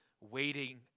waiting